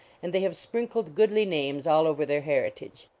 and they have sprinkled goodly names all over their heritage.